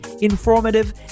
informative